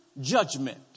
judgment